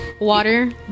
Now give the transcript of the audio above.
Water